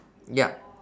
ya